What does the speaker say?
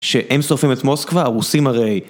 שהם שורפים את מוסקבה, הרוסים הרי...